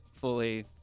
fully